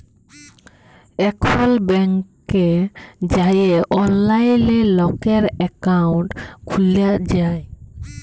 এখল ব্যাংকে যাঁয়ে অললাইলে লকের একাউল্ট খ্যুলা যায়